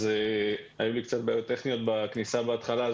לי קצת בעיות טכניות בכניסה בהתחלה,